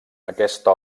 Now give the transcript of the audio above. aquesta